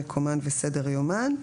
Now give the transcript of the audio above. מקומן וסדר יומן.